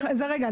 רגע,